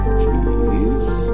please